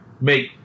make